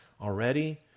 already